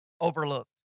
overlooked